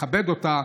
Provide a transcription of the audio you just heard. לכבד אותה,